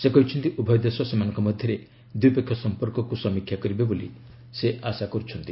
ସେ କହିଛନ୍ତି ଉଭୟ ଦେଶ ସେମାନଙ୍କ ମଧ୍ୟରେ ଦ୍ୱିପକ୍ଷୀୟ ସମ୍ପର୍କକୁ ସମୀକ୍ଷା କରିବେ ବୋଲି ସେ ଆଶା କରୁଛନ୍ତି